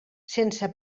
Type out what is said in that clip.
sense